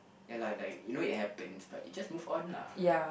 ya lah like you know it happened but it just move on lah